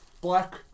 black